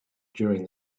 during